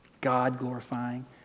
God-glorifying